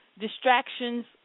distractions